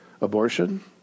abortion